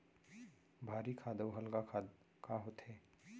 भारी खाद अऊ हल्का खाद का होथे?